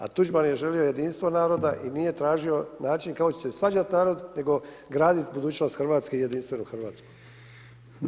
A Tuđman je želio jedinstvo naroda i nije tražio način kako će se svađat narod nego graditi budućnost Hrvatske i jedinstvenu Hrvatsku.